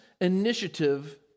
initiative